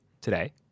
today